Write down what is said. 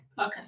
Okay